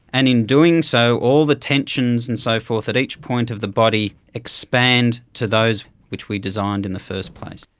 and in doing so all the tensions and so forth at each point of the body expand to those which we designed in the first place.